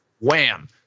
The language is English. wham